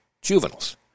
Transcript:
juveniles